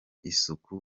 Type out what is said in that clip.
isuku